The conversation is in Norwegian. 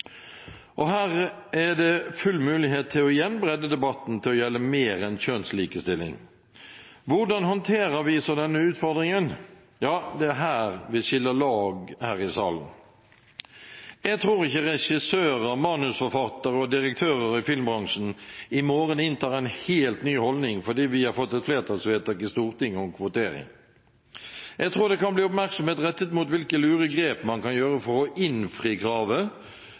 Og her er det full mulighet til igjen å bredde debatten til å gjelde mer enn kjønnslikestilling. Hvordan håndterer vi så denne utfordringen? Ja, det er her vi skiller lag her i salen. Jeg tror ikke regissører, manusforfattere og direktører i filmbransjen i morgen inntar en helt ny holdning fordi vi har fått et flertallsvedtak i Stortinget om kvotering. Jeg tror det kan bli oppmerksomhet rettet mot hvilke lure grep man kan gjøre for å innfri